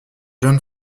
john